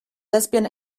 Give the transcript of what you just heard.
lesbian